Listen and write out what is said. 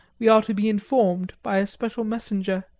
we are to be informed by a special messenger.